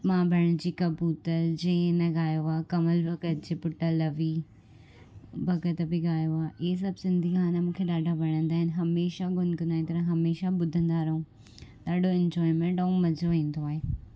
मां बणजी कबूतर जीअं इन ॻायो आहे कमल भगत जे पुटु लवी भगत बि ॻायो आहे इहे सभु सिंधी गाना मूंखे ॾाढा वणंदा आहिनि हमेशह गुनगुनाईंदा रहूं हमेशह ॿुधंदा रहूं ॾाढो इंजोयमेंट ऐं मज़ो इंदो आहे